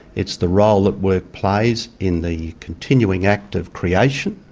it's the role that work plays in the continuing act of creation,